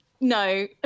No